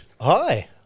Hi